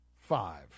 five